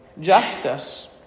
justice